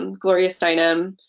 um gloria steinem,